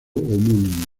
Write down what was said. homónimo